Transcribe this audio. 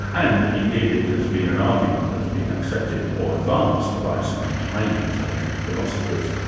and indeed it has been an argument that's been accepted or advanced by some highly intelligent philosophers.